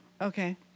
Okay